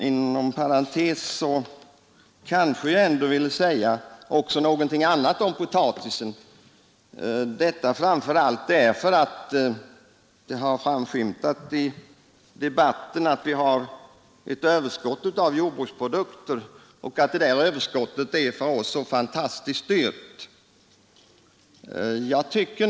Inom parentes kanske jag också kunde säga något annat om potatis, framför allt därför att det har framskymtat i debatten att vi har ett överskott av jordbruksprodukter och att detta överskott är så fantastiskt dyrt för konsu menterna.